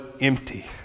empty